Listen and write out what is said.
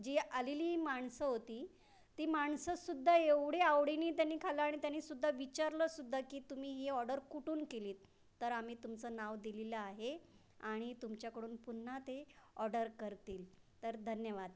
जी आलेली माणसं होती ती माणसंसुद्धा एवढे आवडीनी त्यांनी खाल्लं आणि त्यांनीसुद्धा विचारलंसुद्धा की तुम्ही ही ऑडर कुठून केलीत तर आम्ही तुमचं नाव दिलेलं आहे आणि तुमच्याकडून पुन्हा ते ऑडर करतील तर धन्यवाद